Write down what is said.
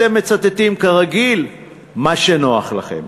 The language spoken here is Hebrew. אתם מצטטים כרגיל מה שנוח לכם.